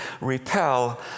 repel